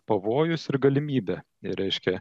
pavojus ir galimybė reiškia